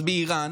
באיראן